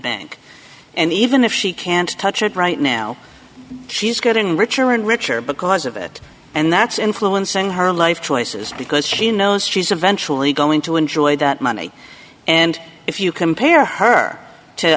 bank and even if she can't touch it right now she's getting richer and richer because of it and that's influencing her life choices because she knows she's eventually going to enjoy that money and if you compare her to